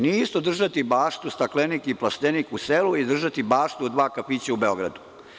Nije isto držati baštu, staklenik i plastenik u selu i držati baštu od dva kafića u Beogradu.